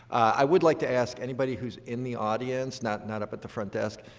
i would like to ask anybody who is in the audience, not not up at the front desk,